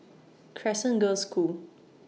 Crescent Girls' School